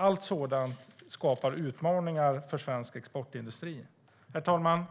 Allt detta skapar utmaningar för svensk exportindustri. Herr talman!